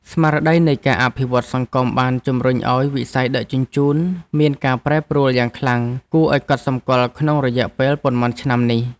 ស្មារតីនៃការអភិវឌ្ឍន៍សង្គមបានជំរុញឱ្យវិស័យដឹកជញ្ជូនមានការប្រែប្រួលយ៉ាងខ្លាំងគួរឱ្យកត់សម្គាល់ក្នុងរយៈពេលប៉ុន្មានឆ្នាំនេះ។